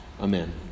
Amen